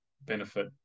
benefit